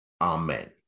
Amen